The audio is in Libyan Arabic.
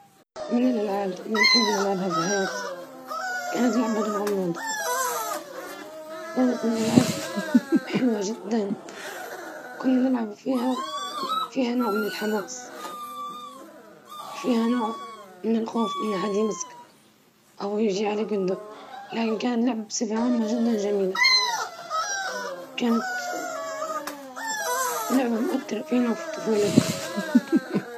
أحب اللعب بألعاب الفيديو حينما أكون بمفردي، أشعر بالاسترخاء والمتعة في لعب الألعاب الإستراتيجية أو ألعاب المغامرات.